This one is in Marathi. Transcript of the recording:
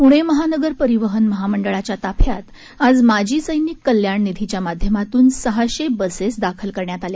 पुणे महानगर परिवहन महामंडळच्या ताफ्यात आज माजी सैनिक कल्याण निधीच्या माध्यमातून सहाशे बसेस दाखल करण्यात आल्या